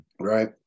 right